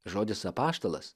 žodis apaštalas